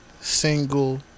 single